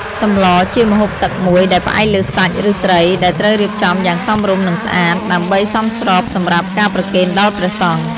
សម្លជាម្ហូបទឹកមួយដែលផ្អែកលើសាច់ ឬត្រី ដែលត្រូវរៀបចំយ៉ាង សមរម្យ និងស្អាត ដើម្បីសមស្របសម្រាប់ការប្រគេនដល់ព្រះសង្ឃ។